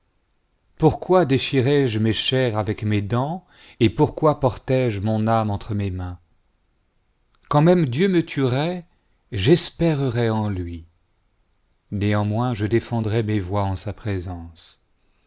pourquoi déchiré-je mes chairs avec mes dents et pourquoi porté-je mon âme entre mes mains quand même dieu me tuerait j'espérerais en lui néanmoins je défendrai mes voies en sa présence